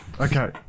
okay